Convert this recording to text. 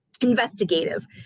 investigative